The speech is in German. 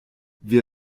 wir